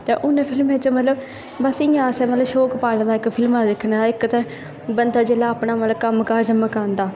तां उनें फिल्में च मतलब तां बस इंया असें शौक पालै दा फिल्मां दिक्खनै दा इक्क ते मतलब बंदा जेल्लै मतलब अपना कम्म काज़ मुकांदा